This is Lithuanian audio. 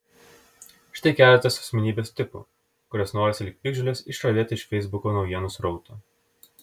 štai keletas asmenybės tipų kuriuos norisi lyg piktžoles išravėti iš feisbuko naujienų srauto